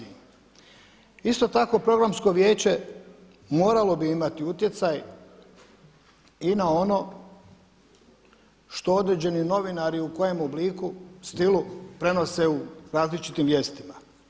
Isto tako Programsko vijeće moralo bi imati utjecaj i na ono što određeni novinari u kojem obliku, stilu prenose u različitim vijestima.